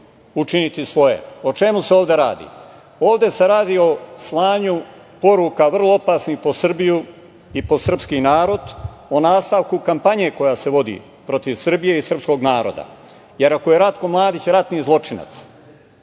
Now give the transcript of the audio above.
učiniti svoje.O čemu se ovde radi? Ovde se radi o slanju poruka, vrlo opasnih po Srbiju i po srpski narod, o nastavku kampanje koja se vodi protiv Srbije i srpskog naroda. Jer, ako je Ratko Mladić ratni zločinac,